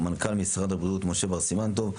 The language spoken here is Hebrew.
מנכ"ל משרד הבריאות משה בר סימן טוב,